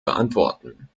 beantworten